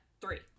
three